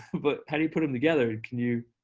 but how do you put them together? can you,